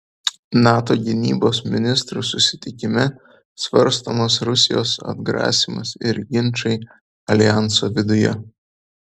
nato gynybos ministrų susitikime svarstomas rusijos atgrasymas ir ginčai aljanso viduje